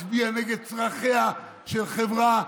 מצביע נגד צרכיה של חברה,